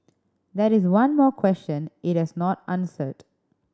that is one more question it has not answered